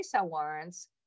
warrants